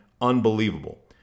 unbelievable